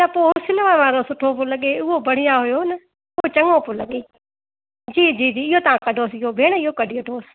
न पोइ हुस्नु वारो सुठो पियो लॻे उहो बढ़िया हुयो न चङो पियो लॻे जी जी जी इहो तव्हां कढोसि इहो भेण इहो कढी वठोसि